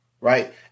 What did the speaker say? Right